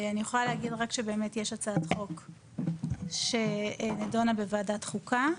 אני יכולה להגיד רק שבאמת יש הצעת חוק שנדונה בוועדת חוקה,